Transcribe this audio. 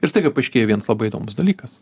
ir staiga paaiškėja vien labai įdomus dalykas